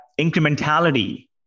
incrementality